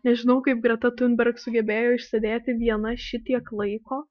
nežinau kaip greta tiunberg sugebėjo išsėdėti viena šitiek laiko